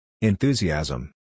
Enthusiasm